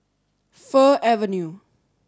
Fir Avenue